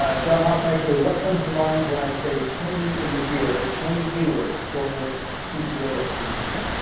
ah john hofmeister what comes to mind when i say tony when you hear tony hayward the former ceo of bp